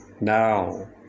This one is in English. now